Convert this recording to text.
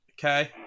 Okay